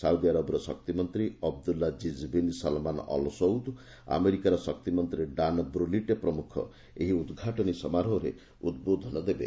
Saudi ଆରବର ଶକ୍ତିମନ୍ତ୍ରୀ Abdulla ଜିଜ୍ବିନ୍ ସଲମାନ୍ ଅଲ୍ସୌଦ୍ ଆମେରିକାର ଶକ୍ତିମନ୍ତ୍ରୀ ଡାନ୍ ବ୍ରଲିଟେ ପ୍ରମୁଖ ଏହାର ଉଦଘାଟନୀ ସମାରୋହରେ ଉଦ୍ବୋଧନ ଦେବେ